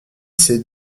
ces